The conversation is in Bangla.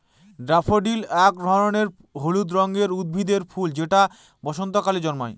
ড্যাফোডিল এক ধরনের হলুদ রঙের উদ্ভিদের ফুল যেটা বসন্তকালে জন্মায়